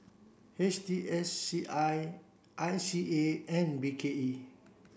H T S C I I C A and B K E